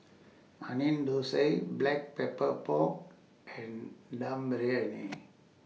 Onion Thosai Black Pepper Pork and Dum Briyani